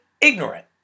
ignorant